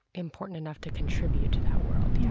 important enough to contribute to that world. yeah